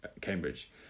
Cambridge